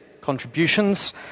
contributions